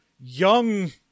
young